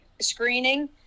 screening